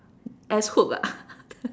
S hook ah